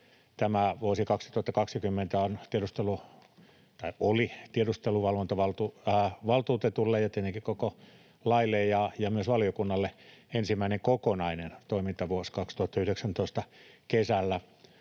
Tämä vuosi 2020 oli tiedusteluvalvontavaltuutetulle ja tietenkin koko laille ja myös valiokunnalle ensimmäinen kokonainen toimintavuosi